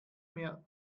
mehr